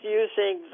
using